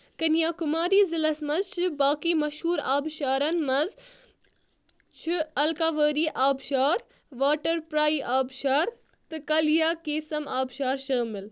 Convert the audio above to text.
کٔنیاکُماری ضِلعس منٛز چھ باقٕے مشہوٗر آبٕشارن منٛز چھ الاکاروی آبٕشار واٹر پَرایی آبٕشار تہٕ کلیا کیسم آبٕشار شٲمِل